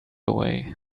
away